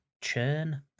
churn